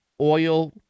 oil